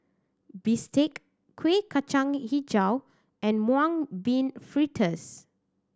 bistake Kuih Kacang Hijau and Mung Bean Fritters